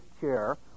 chair